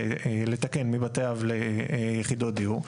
לתקן מבתי אב ליחידות דיור?